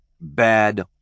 Bad